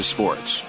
Sports